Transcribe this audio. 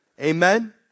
Amen